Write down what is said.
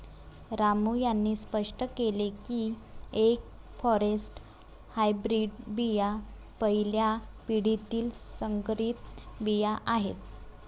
रामू यांनी स्पष्ट केले की एफ फॉरेस्ट हायब्रीड बिया पहिल्या पिढीतील संकरित बिया आहेत